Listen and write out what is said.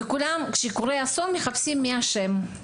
וכשקורה אסון מחפשים מי אשם.